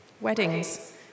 Weddings